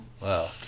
Wow